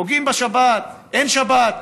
כשאומרים: פוגעים בשבת, אין שבת.